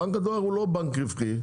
בנק הדואר הוא לא בנק רווחי,